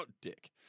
dick